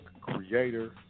Creator